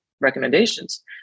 recommendations